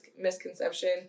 misconception